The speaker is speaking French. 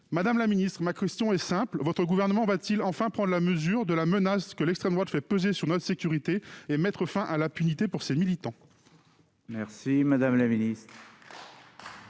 Madame la ministre, ma question est simple : votre gouvernement va-t-il enfin prendre la mesure de la menace que l'extrême droite fait peser sur notre sécurité et mettre fin à l'impunité dont jouissent ces militants ? La parole est à Mme la ministre